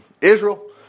Israel